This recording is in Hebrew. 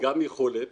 גם יכולת